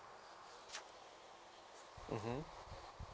mmhmm